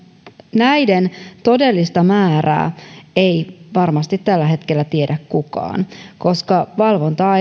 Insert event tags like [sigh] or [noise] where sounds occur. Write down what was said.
näiden todellista määrää ei varmasti tällä hetkellä tiedä kukaan koska valvontaa [unintelligible]